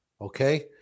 okay